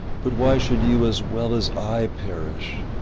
but why should you as well as i perish?